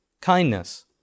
kindness